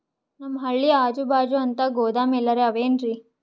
ನಮ್ ಹಳ್ಳಿ ಅಜುಬಾಜು ಅಂತ ಗೋದಾಮ ಎಲ್ಲರೆ ಅವೇನ್ರಿ?